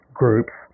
groups